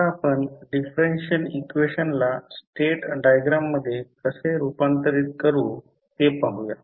आता आपण डिफरेन्शियल इक्वेशनला स्टेट डायग्राममध्ये कसे रूपांतरित करू ते पाहूया